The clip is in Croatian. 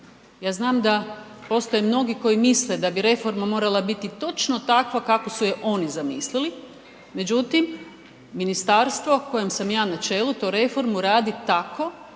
Ja znam da postoje mnogi koji misle da bi reforma morala biti točno takva kako su je oni zamislili, međutim ministarstvo kojem sam ja na čelu tu reformu radi tako